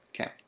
Okay